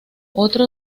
otro